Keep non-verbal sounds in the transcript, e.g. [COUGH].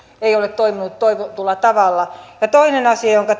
ei ole toiminut toivotulla tavalla toinen asia jonka [UNINTELLIGIBLE]